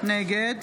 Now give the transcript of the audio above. נגד